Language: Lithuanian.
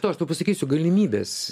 tuoj aš tau pasakysiu galimybes